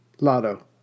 Lotto